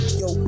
yo